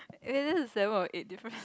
aye this is seven or eight difference